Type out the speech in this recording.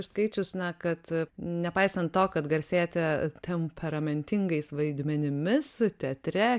aš skaičius na kad nepaisant to kad garsėjate temperamentingais vaidmenimis teatre